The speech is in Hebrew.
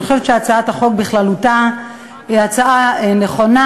אני חושבת שהצעת החוק בכללותה היא הצעה נכונה,